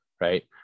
right